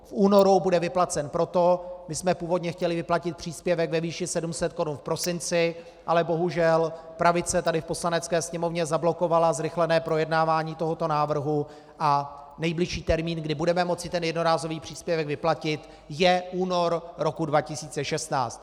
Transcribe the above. V únoru bude vyplacen proto my jsme původně chtěli vyplatit příspěvek ve výši 700 korun v prosinci, ale bohužel pravice tady v Poslanecké sněmovně zablokovala zrychlené projednávání tohoto návrhu a nejbližší termín, kdy budeme moci jednorázový příspěvek vyplatit, je únor roku 2016.